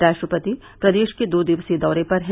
राष्ट्रपति प्रदेश के दो दिवसीय दौरे पर हैं